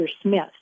Smith